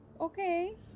Okay